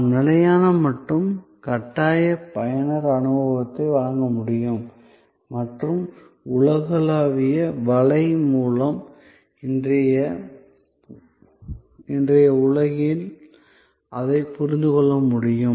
நாம் நிலையான மற்றும் கட்டாய பயனர் அனுபவத்தை வழங்க முடியும் மற்றும் உலகளாவிய வலை மூலம் இன்றைய உலகில் அதை புரிந்து கொள்ள முடியும்